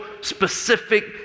specific